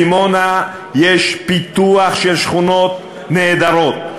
בדימונה יש פיתוח של שכונות נהדרות.